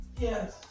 Yes